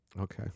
Okay